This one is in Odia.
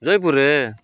ଜୟପୁରରେ